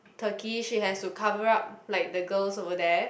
Turkey she has to cover up like the girls over there